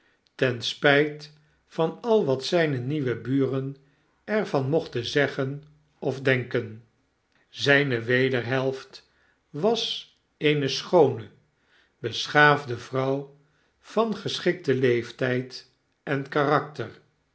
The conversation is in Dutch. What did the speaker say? ten spyt van al wat zijne nieuwe buren er van mochten zeggen of denken zyne wederhelft was eene schoone beschaafde vrouw van geschikten leeftyd en karakter